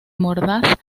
mordaz